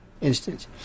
instance